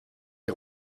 des